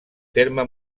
terme